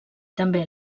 també